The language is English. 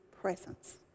presence